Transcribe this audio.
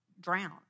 drown